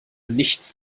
nichts